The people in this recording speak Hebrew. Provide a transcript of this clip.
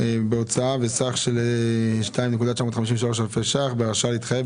בהוצאה בסך של 2.953 אלפי שקלים בהרשאה להתחייב,